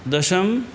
दशम्